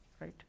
right